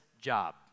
job